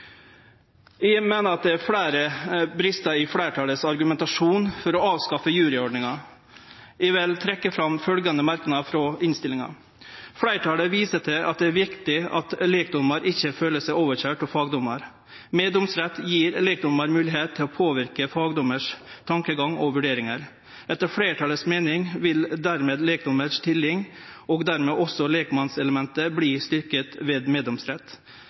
at det er fleire brestar i fleirtalets argumentasjon for å avskaffe juryordninga. Eg vil trekkje fram følgjande merknad i innstillinga: «Flertallet viser til at det er viktig at lekdommere ikke føler seg overkjørt av fagdommere. Meddomsrett gir lekdommerne mulighet til å påvirke fagdommernes tankegang og vurderinger. Etter flertallets mening vil dermed lekdommernes stilling, og dermed også lekmannselementet, bli styrket ved meddomsrett.